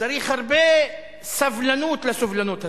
צריך הרבה סבלנות לסובלנות הזאת,